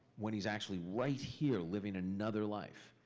when he's actually right here living another life?